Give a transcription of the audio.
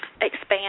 expand